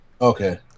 Okay